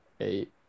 eight